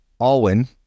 Alwyn